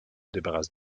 débarrasse